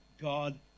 God